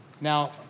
Now